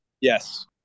Yes